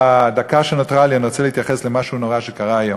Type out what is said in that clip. בדקה שנותרה לי אני רוצה להתייחס למשהו נורא שקרה היום.